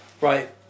Right